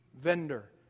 vendor